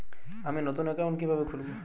আমি নতুন অ্যাকাউন্ট কিভাবে খুলব?